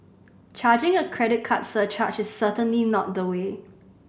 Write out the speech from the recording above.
charging a credit card surcharge is certainly not the way